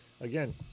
again